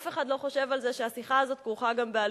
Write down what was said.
אף אחד לא חושב על זה שהשיחה הזאת כרוכה גם בעלויות,